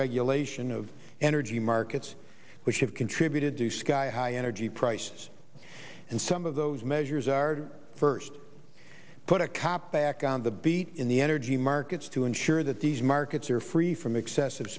regulation of energy markets which have contributed to sky high energy prices and some of those measures are first put a cap back on the beat in the energy markets to ensure that these markets are free from excessive